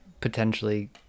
potentially